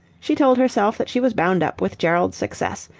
she told herself that she was bound up with gerald's success,